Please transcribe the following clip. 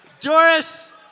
Doris